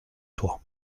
toi